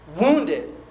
wounded